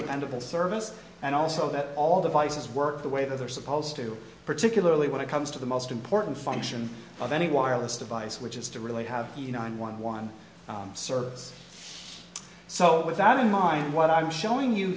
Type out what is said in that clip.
dependable service and also that all devices work the way that they're supposed to particularly when it comes to the most important function of any wireless device which is to really have one one service so with that in mind what i'm showing you